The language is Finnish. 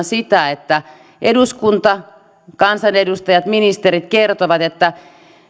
sitä että eduskunta kansanedustajat ministerit kertovat että